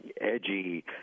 edgy